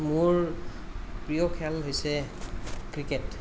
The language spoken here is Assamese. মোৰ প্ৰিয় খেল হৈছে ক্ৰিকেট